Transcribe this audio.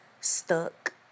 stuck